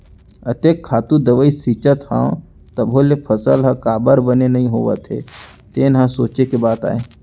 अतेक खातू दवई छींचत हस तभो ले फसल ह काबर बने नइ होवत हे तेन ह सोंचे के बात आय